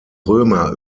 römer